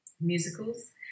musicals